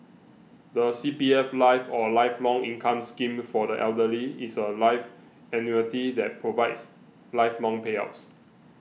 the C P F life or Lifelong Income Scheme for the Elderly is a life annuity that provides lifelong payouts